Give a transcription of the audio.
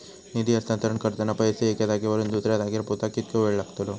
निधी हस्तांतरण करताना पैसे एक्या जाग्यावरून दुसऱ्या जाग्यार पोचाक कितको वेळ लागतलो?